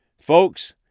Folks